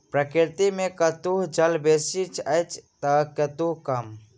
प्रकृति मे कतहु जल बेसी अछि त कतहु कम